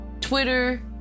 Twitter